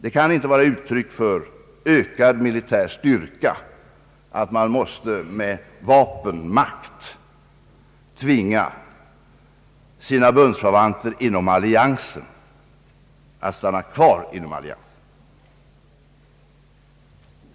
Det kan inte vara uttryck för ökad militär styrka att man med vapenmakt måste tvinga sina bundsförvanter att stanna kvar inom alliansen.